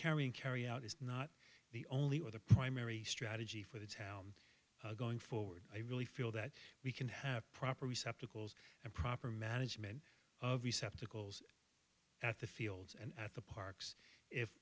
carrying carry out is not the only or the primary strategy for the town going forward i really feel that we can have proper receptacles and proper management of receptacles at the fields and at the parks if